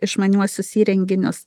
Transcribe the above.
išmaniuosius įrenginius